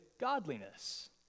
godliness